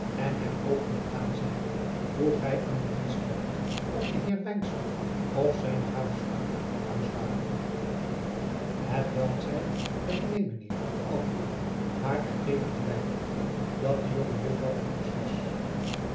en hem open gedaan zijnde vroeg hij aan de dienstmeid of de heer wynstok of zijne huisvrouw te huis waren hetwelk zij met neen mijnheer beantwoordde maar er tevens bijvoegde dat de jonge juffrouw te huis was